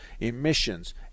emissions